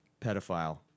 pedophile